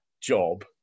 job